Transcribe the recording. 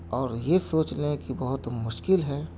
اور یہ سوچ لیں کہ بہت مشکل ہے